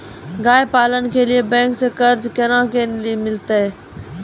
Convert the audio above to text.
गाय पालन के लिए बैंक से कर्ज कोना के मिलते यो?